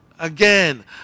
Again